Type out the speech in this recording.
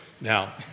now